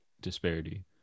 disparity